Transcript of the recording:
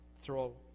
throw